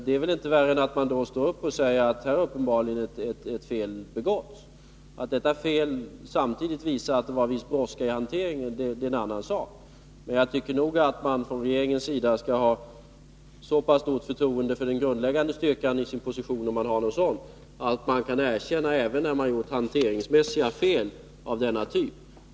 Det är väl inte värre än att man då står upp och säger att här har uppenbarligen ett fel begåtts. Att detta fel samtidigt visar att det var viss brådska i hanteringen är en annan sak. Jag tycker nog att man från regeringens sida skall ha så stort förtroende för den grundläggande styrkan i sin position, om man har någon sådan, att man kan erkänna även när man begått hanteringsfel av denna typ.